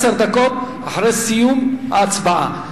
עשר דקות אחרי סיום ההצבעה.